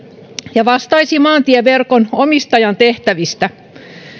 ja vastaisi maantieverkon omistajan tehtävistä